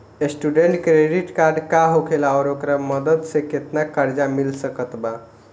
Student credit card का होखेला और ओकरा मदद से केतना कर्जा मिल सकत बा?